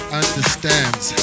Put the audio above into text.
understands